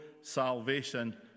salvation